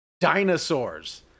dinosaurs